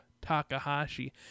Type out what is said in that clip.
Takahashi